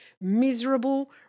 miserable